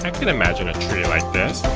can imagine a tree like this.